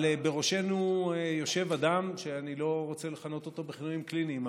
אבל בראשנו יושב אדם שאני לא רוצה לכנות אותו בכינויים קליניים,